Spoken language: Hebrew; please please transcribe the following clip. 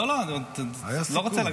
נו, מה, אתה עושה דווקא?